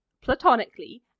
platonically